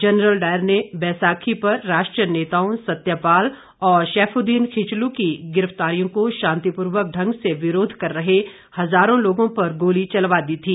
general Dyer ने बैसाखी पर राष्ट्रीय नेताओं सत्यपाल और शेफुदिन खिचलु की गिरफ्तारियों को शांतिपूर्वक ढंग से विरोध कर रहे हजारों लोगों पर गोली चलवा दी थी